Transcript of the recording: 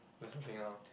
or something else